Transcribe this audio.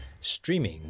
streaming